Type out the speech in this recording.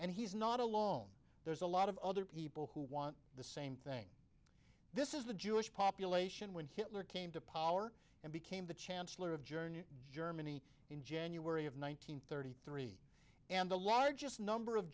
and he's not a long there's a lot of other people who want the same thing this is the jewish population when hitler came to power and became the chancellor of germany germany in january of one nine hundred thirty three and the largest number of